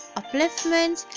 upliftment